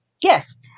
yes